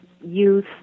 youth